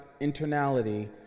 internality